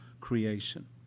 creation